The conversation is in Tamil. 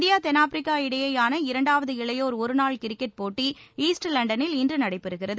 இந்தியா தென்னாப்பிரிக்கா இடையேயான இரண்டாவது இளையோா் ஒருநாள் கிரிக்கெட் போட்டி ஈஸ்ட் லண்டனில் இன்று நடைபெறுகிறது